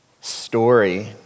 story